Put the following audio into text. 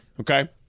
Okay